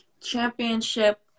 championship